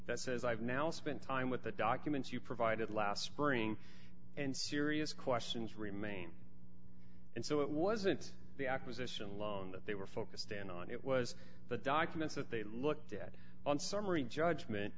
that says i've now spent time with the documents you provided last spring and serious questions remain and so it wasn't the acquisition alone that they were focused in on it was the documents that they looked at on summary judgment